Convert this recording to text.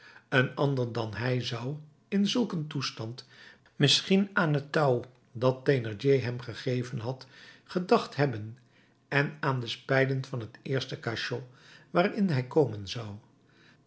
een ander dan hij zou in zulk een toestand misschien aan het touw dat thénardier hem gegeven had gedacht hebben en aan de spijlen van het eerste cachot waarin hij komen zou